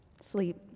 sleep